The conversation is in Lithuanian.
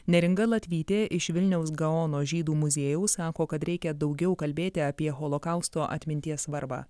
neringa latvytė iš vilniaus gaono žydų muziejaus sako kad reikia daugiau kalbėti apie holokausto atminties svarbą